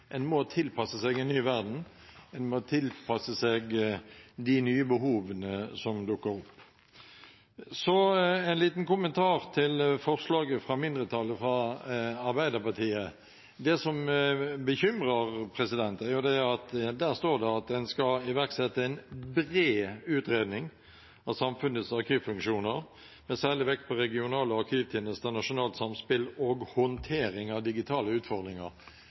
En må tilpasse seg en ny verden, en må tilpasse seg de nye behovene som dukker opp. Så en liten kommentar til forslaget fra mindretallet, fra Arbeiderpartiet. Det som bekymrer, er at det står at en skal «iverksette en bred utredning av samfunnets arkivfunksjoner, med særlig vekt på regionale arkivtjenester, nasjonalt samspill og håndtering av digitale utfordringer».